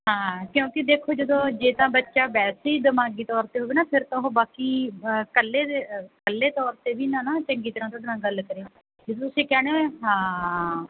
ਹਾਂ ਕਿਉਂਕਿ ਦੇਖੋ ਜਦੋਂ ਜੇ ਤਾਂ ਬੱਚਾ ਵੈਸੇ ਹੀ ਦਿਮਾਗੀ ਤੌਰ 'ਤੇ ਹੋਵੇ ਨਾ ਫਿਰ ਤਾਂ ਉਹ ਬਾਕੀ ਇਕੱਲੇ ਜੇ ਇਕੱਲੇ ਤੌਰ 'ਤੇ ਵੀ ਨਾ ਨਾ ਚੰਗੀ ਤਰ੍ਹਾਂ ਤੁਹਾਡੇ ਨਾਲ ਗੱਲ ਕਰੇ ਜਦੋਂ ਤੁਸੀਂ ਕਹਿੰਦੇ ਹੋਏ ਹਾਂ